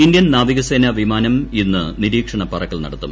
Indian നാവിക സേനാ വിമാനം ഇന്ന് നിരീക്ഷണ പറക്കൽ നടത്തും